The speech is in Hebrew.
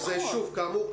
אז כאמור,